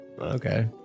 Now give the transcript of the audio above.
Okay